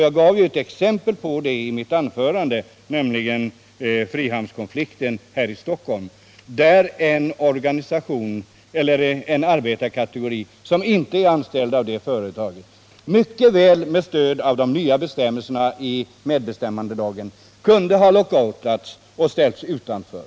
Jag gav ju ett exempel på det i mitt anförande, nämligen frihamnskonflikten här i Stockholm, där en arbetarkategori, som inte är anställd av företaget, mycket väl med stöd av de nya bestämmelserna i medbestämmandelagen kunde ha lockoutats och ställts utanför.